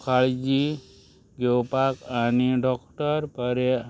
काळजी घेवपाक आनी डॉक्टर पर्य